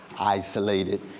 isolated.